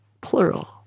Plural